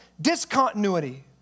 discontinuity